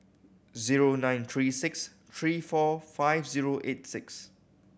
zero nine three six three four five zero eight six